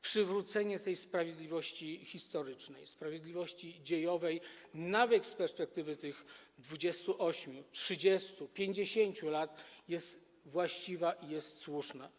Przywrócenie tej sprawiedliwości historycznej, sprawiedliwości dziejowej - nawet z perspektywy tych 28, 30, 50 lat - jest właściwe i słuszne.